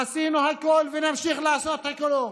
עשינו הכול ונמשיך לעשות הכול.